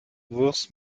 wuchs